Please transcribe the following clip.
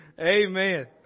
Amen